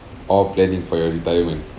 or planning for your retirement